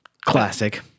classic